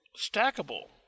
Stackable